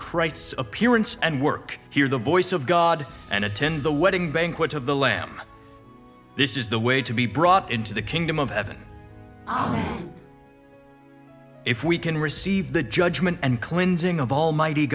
christ's appearance and work hear the voice of god and attend the wedding banquet of the lamb this is the way to be brought into the kingdom of heaven i mean if we can receive the judgment and cleansing of almighty